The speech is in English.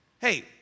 Hey